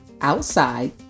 outside